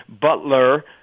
Butler